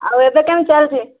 ଆଉ ଏବେ କେମିତି ଚାଲିଛି